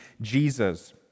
Jesus